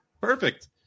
perfect